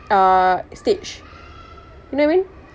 uh stage you know what I mean